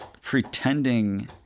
pretending